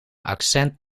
accent